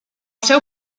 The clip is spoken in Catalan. seu